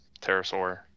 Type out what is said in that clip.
pterosaur